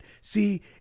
see